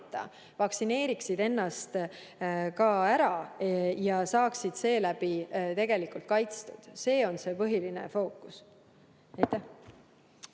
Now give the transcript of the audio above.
vaktsineeriksid ennast ka ära ja saaksid seeläbi tegelikult kaitstud. See on see põhiline fookus.